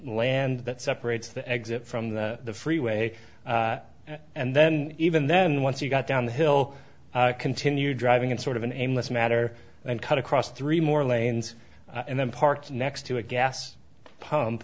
land that separates the exit from the freeway and then even then once you got down the hill continued driving in sort of an aimless matter and cut across three more lanes and then parked next to a gas pump